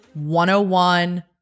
101